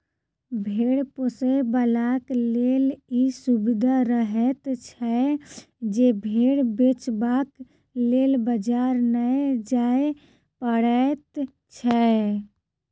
भेंड़ पोसयबलाक लेल ई सुविधा रहैत छै जे भेंड़ बेचबाक लेल बाजार नै जाय पड़ैत छै